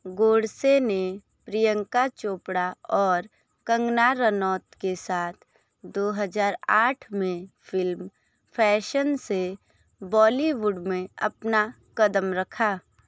गोडसे ने प्रियंका चोपड़ा और कंगना रनौत के साथ दो हज़ार आठ में फ़िल्म फ़ैशन से बॉलीवुड में अपना कदम रखा